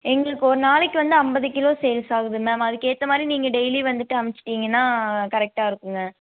எங்களுக்கு ஒரு நாளைக்கு வந்து ஐம்பது கிலோ சேல்ஸ் ஆகுது மேம் அதுக்கு ஏற்ற மாதிரி நீங்கள் டெய்லி வந்துவிட்டு அமிச்சிட்டீங்கன்னா கரெக்டாக இருக்குங்க